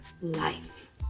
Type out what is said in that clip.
life